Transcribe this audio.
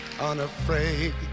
unafraid